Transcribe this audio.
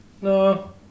No